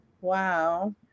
Wow